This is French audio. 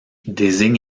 désigne